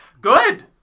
Good